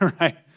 right